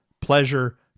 Pleasure